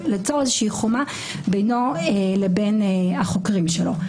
ליצור איזושהי חומה בינו לבין החוקרים שלו.